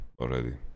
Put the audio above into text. already